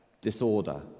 disorder